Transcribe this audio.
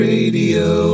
Radio